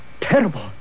Terrible